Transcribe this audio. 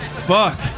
Fuck